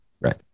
Right